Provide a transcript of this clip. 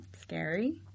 scary